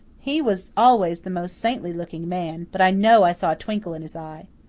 he was always the most saintly looking man, but i know i saw a twinkle in his eye.